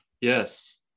Yes